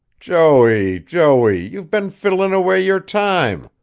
joey, joey, you've been fiddling away your time.